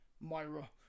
myra